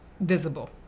visible